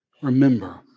remember